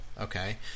Okay